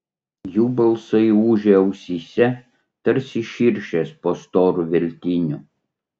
jų balsai ūžė ausyse tarsi širšės po storu veltiniu